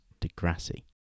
degrassi